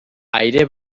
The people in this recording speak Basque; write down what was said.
aire